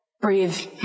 breathe